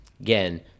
Again